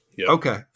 Okay